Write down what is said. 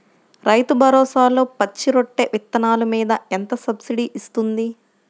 రైతు భరోసాలో పచ్చి రొట్టె విత్తనాలు మీద ఎంత సబ్సిడీ ఇస్తుంది?